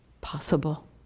possible